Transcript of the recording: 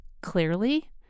clearly